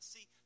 See